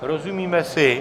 Rozumíme si?